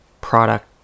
product